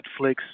Netflix